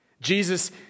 Jesus